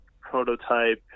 prototype